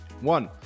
One